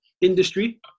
industry